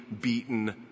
beaten